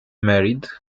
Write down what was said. married